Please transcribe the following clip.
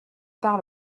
par